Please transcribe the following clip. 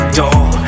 door